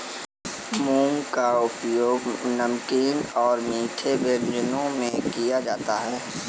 मूंग का उपयोग नमकीन और मीठे व्यंजनों में किया जाता है